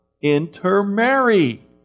intermarry